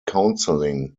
counseling